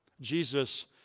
Jesus